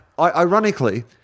ironically